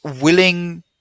willing